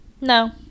No